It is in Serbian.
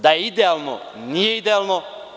Da je idealno, nije idealno.